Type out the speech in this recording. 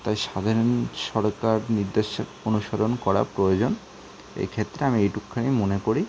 তাই স্বাধীন সরকার নির্দেশে অনুসরণ করা প্রয়োজন এই ক্ষেত্রে আমি এইটুকখানি মনে করি